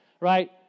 right